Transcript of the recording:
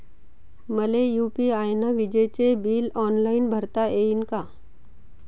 मले यू.पी.आय न विजेचे बिल ऑनलाईन भरता येईन का?